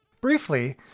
Briefly